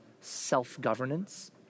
self-governance